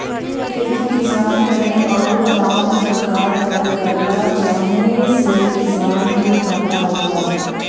खेती किसान करेन औरु दाम सरकार तय करेला जौने से किसान के घाटा होला